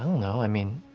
know. i mean,